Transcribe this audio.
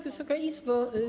Wysoka Izbo!